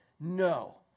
No